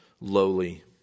lowly